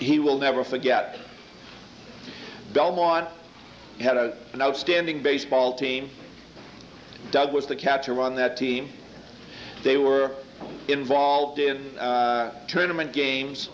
he will never forget belmont had a an outstanding baseball team doug was the catcher on that team they were involved in tournaments games